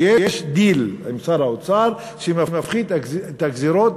שיש דיל עם שר האוצר שמפחית את הגזירות,